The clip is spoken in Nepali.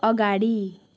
अगाडि